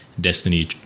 Destiny